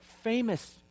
Famous